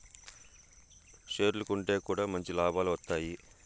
షేర్లు కొంటె కూడా మంచి లాభాలు వత్తాయి